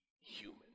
human